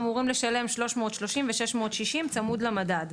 אמורים לשלם 330 ו-660 צמוד למדד,